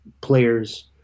players